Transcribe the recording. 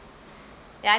ya